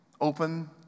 open